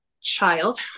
child